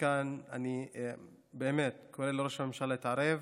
מכאן אני באמת קורא לראש הממשלה להתערב